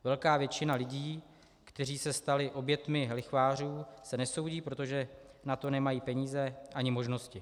Velká většina lidí, kteří se stali oběťmi lichvářů, se nesoudí, protože na to nemají peníze ani možnosti.